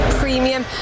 premium